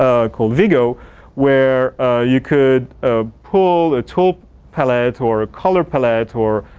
called vigo where you could ah pull a tool pallet or a colored pallet or